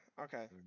Okay